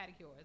pedicures